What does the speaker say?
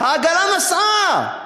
העגלה נסעה.